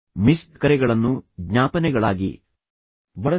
missed ಕರೆಗಳನ್ನು ಜ್ಞಾಪನೆಗಳಾಗಿ ಬಳಸಿ